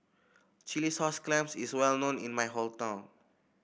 Chilli Sauce Clams is well known in my hometown